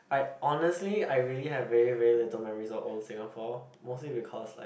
I honestly I really have very very little memories of old Singapore mostly because like